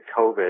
COVID